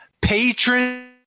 patron